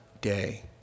day